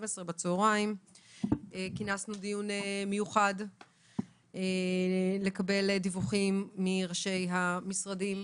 כינסנו דיון מיוחד לקבלת דיווחים מראשי המשרדים,